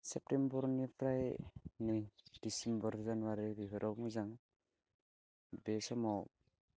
सेप्तेम्ब'र निफ्राय नै डिसेम्ब'र जानुवारि बेफोराव मोजां बे समाव